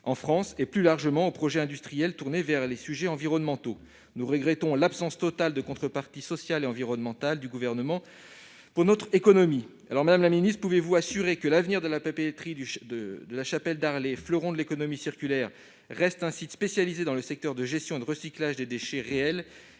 en France et, plus largement, sur les projets industriels tournés vers les sujets environnementaux. Nous regrettons ainsi l'absence totale de contreparties sociales et environnementales pour notre économie. Madame la ministre, pouvez-vous nous assurer que la papeterie Chapelle Darblay, fleuron de l'économie circulaire, demeurera un site spécialisé dans le secteur de la gestion et du recyclage des déchets réels